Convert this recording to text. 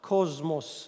Cosmos